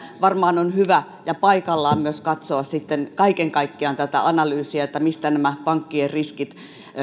varmaan on hyvä ja paikallaan katsoa sitten kaiken kaikkiaan tätä analyysia että mistä nämä pankkien riskit